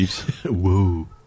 Whoa